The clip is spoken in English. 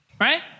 Right